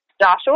Joshua